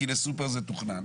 כי לסופר זה תוכנן.